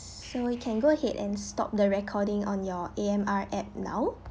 so you can go ahead and stop the recording on your A_M_R app now